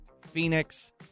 Phoenix